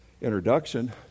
introduction